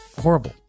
horrible